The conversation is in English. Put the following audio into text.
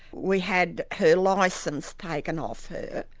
we had her licence taken off her,